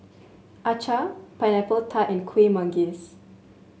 acar Pineapple Tart and Kuih Manggis